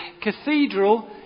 cathedral